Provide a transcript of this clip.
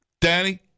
Danny